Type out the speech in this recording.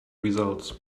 results